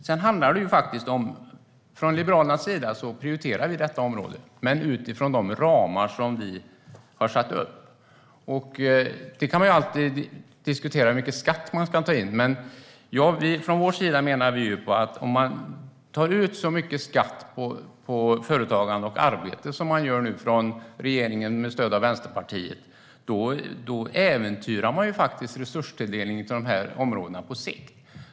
Från Liberalernas sida prioriterar vi detta område - men utifrån de ramar som vi har satt upp. Man kan alltid diskutera hur mycket skatt man ska ta in. Men från vår sida menar vi att om man tar ut så mycket skatt på företagande och arbete som man nu gör från regeringen, med stöd av Vänsterpartiet, då äventyrar man resurstilldelningen på de här områdena på sikt.